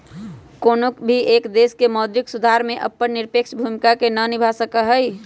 कौनो भी एक देश मौद्रिक सुधार में अपन निरपेक्ष भूमिका के ना निभा सका हई